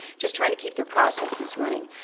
just trying to keep their processes running.